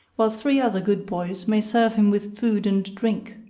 while three other good boys may serve him with food and drink.